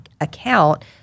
account